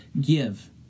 give